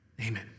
Amen